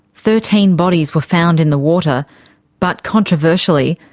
thirteen bodies were found in the water but, controversially,